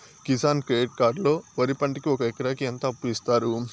Kisan credit card లో వరి పంటకి ఒక ఎకరాకి ఎంత అప్పు ఇస్తారు?